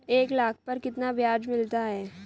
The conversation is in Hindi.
एक लाख पर कितना ब्याज मिलता है?